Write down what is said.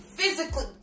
physically